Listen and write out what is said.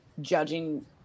judging